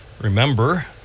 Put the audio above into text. Remember